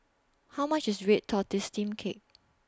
How much IS Red Tortoise Steamed Cake